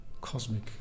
cosmic